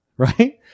Right